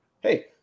Hey